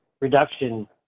reduction